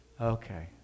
Okay